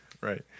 Right